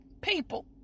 people